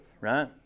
right